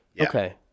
Okay